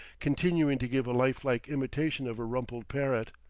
continuing to give a lifelike imitation of a rumpled parrot.